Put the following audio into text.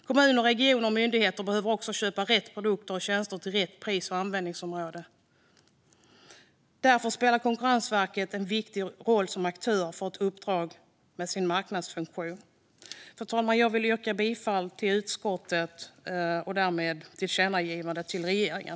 Kommuner, regioner och myndigheter behöver också köpa rätt produkter och tjänster till rätt pris och användningsområde. Därför är Konkurrensverket en viktig aktör i och med sitt uppdrag när det gäller marknadsfunktionen. Fru talman! Jag vill yrka bifall till utskottets förslag i betänkandet och därmed till tillkännagivandet till regeringen.